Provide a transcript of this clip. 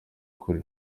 kure